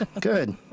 good